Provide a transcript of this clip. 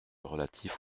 relatif